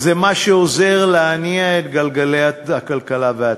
זה מה שעוזר להניע את גלגלי הכלכלה והצמיחה.